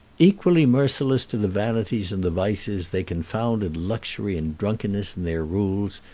equally merciless to the vanities and the vices, they confounded luxury and drunkenness in their rules,